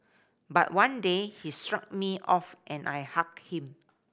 but one day he shrugged me off and I hug him